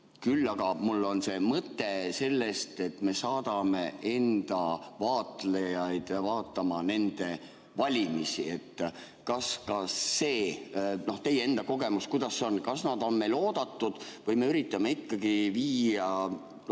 Küll aga mul on mõte sellest, et me saadame enda vaatlejad vaatama nende valimisi. Kas ka see, noh, teie enda kogemus, kuidas on: kas nad on meil oodatud või me üritame ikkagi viia